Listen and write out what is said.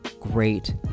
great